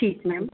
ਠੀਕ ਮੈਮ